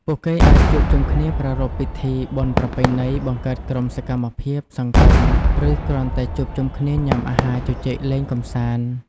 ពួកគេអាចជួបជុំគ្នាប្រារព្ធពិធីបុណ្យប្រពៃណី បង្កើតក្រុមសកម្មភាពសង្គម ឬគ្រាន់តែជួបជុំគ្នាញ៉ាំអាហារជជែកលេងកម្សាន្ត ។